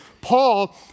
Paul